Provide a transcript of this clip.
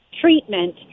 treatment